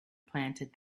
planted